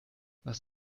was